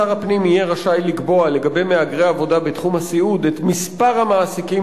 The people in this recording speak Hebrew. שר הפנים יהיה רשאי לקבוע לגבי מהגרי עבודה בתחום הסיעוד את מספר המעסיקים